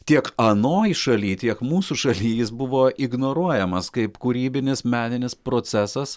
tiek anoj šaly tiek mūsų šaly jis buvo ignoruojamas kaip kūrybinis meninis procesas